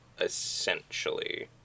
essentially